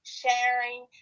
sharing